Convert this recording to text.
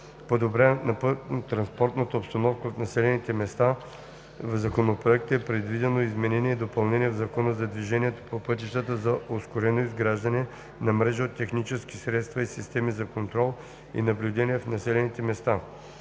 подобряване на пътнотранспортната обстановка в населените места в Законопроекта е предвидено изменение и допълнение в Закона за движението по пътищата за ускорено изграждане на мрежа от технически средства и системи за контрол и наблюдение в населените места.